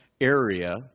area